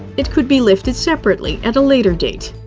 it could be lifted separately at a later date.